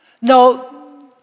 Now